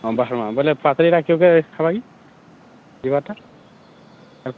ହଁ ବାହାରମା ବେଲେ ପାତାଲିଟା କେବକେ ହେବା କି ଯିବାର୍ ଟା